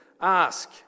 ask